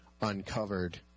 uncovered